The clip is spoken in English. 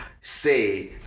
say